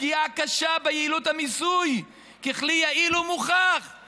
לפגיעה קשה" ביעילות המיסוי "ככלי יעיל ומוכח, ".